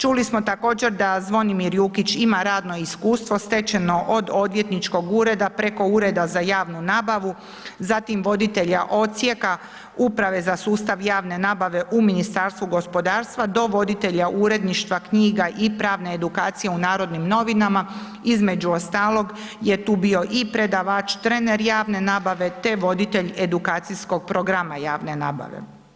Čuli smo također da Zvonimir Jukić ima radno iskustvo stečeno od odvjetničkog ureda preko Ureda za javnu nabavu, zatim voditelja odsjeka Uprave za sustav javne nabave u Ministarstvu gospodarstva do voditelja uredništva knjiga i pravne edukacije u Narodnim novinama, između ostalog je tu bio i predavač, trener javne nabave te voditelj edukacijskog programa javne nabave.